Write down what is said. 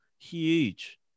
Huge